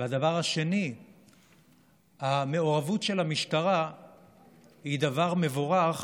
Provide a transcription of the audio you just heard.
2. המעורבות של המשטרה היא דבר מבורך